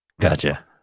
gotcha